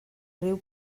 riu